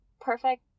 perfect